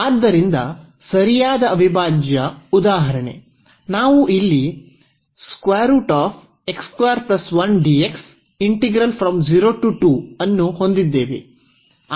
ಆದ್ದರಿಂದ ಸರಿಯಾದ ಅವಿಭಾಜ್ಯ ಉದಾಹರಣೆ ನಾವು ಇಲ್ಲಿ ಅನ್ನು ಹೊಂದಿದ್ದೇವೆ